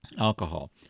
alcohol